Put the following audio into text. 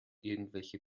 irgendwelche